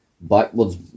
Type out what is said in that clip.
backwards